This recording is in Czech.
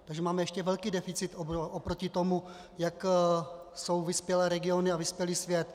Takže máme ještě velký deficit oproti tomu, jak jsou vyspělé regiony a vyspělý svět.